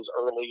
early